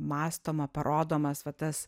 mąstoma parodomas va tas